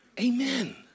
Amen